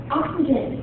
oxygen